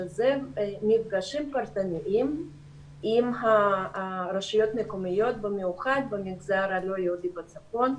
שזה מפגשים כלכליים עם רשויות מקומיות במיוחד במגזר הלא-יהודי בצפון,